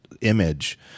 image